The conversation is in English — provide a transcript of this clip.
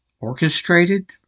orchestrated